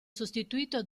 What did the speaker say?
sostituito